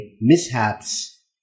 mishaps